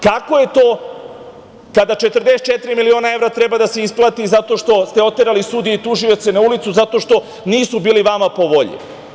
Kako je to kada 44 miliona evra treba da se isplati zato što ste oterali sudije i tužioce na ulicu zato što nisu bili vama po volji?